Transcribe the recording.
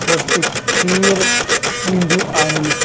पौष्टिक खीरु ॾींदियूं आहिनि